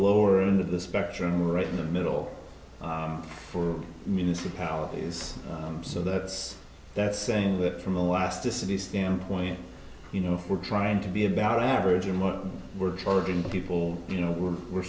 lower end of the spectrum right in the middle for municipalities so that's that's saying that from elasticities standpoint you know if we're trying to be about average in what we're charging people you know we're we're